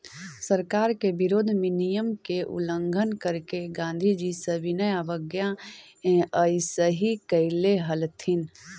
सरकार के विरोध में नियम के उल्लंघन करके गांधीजी सविनय अवज्ञा अइसही कैले हलथिन